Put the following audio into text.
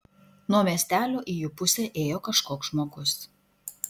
nuo miestelio į jų pusę ėjo kažkoks žmogus